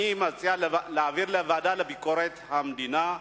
אני מציע להעביר לוועדה לביקורת המדינה.